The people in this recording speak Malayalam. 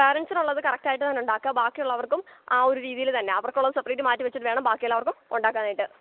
പാരെൻറ്റ്സിനുള്ളത് കറക്റ്റായിട്ട് തന്നെ ഉണ്ടാക്കുക ബാക്കി ഉള്ളവർക്കും ആ ഒരു രീതിയില് തന്നെ അവർക്കുള്ളത് സെപ്പറേറ്റ് മാറ്റി വെച്ചിട്ടുവേണം ബാക്കി എല്ലാവർക്കും ഉണ്ടാക്കാനായിട്ട്